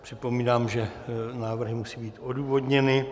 Připomínám, že návrhy musí být odůvodněny.